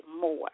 more